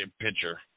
pitcher